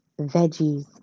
veggies